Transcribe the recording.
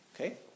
okay